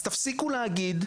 אז תפסיקו להגיד,